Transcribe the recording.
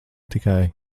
tikai